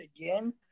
again